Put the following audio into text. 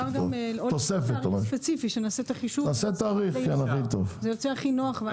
אפשר להוסיף תאריך ספציפי, זה יוצא הכי נוח.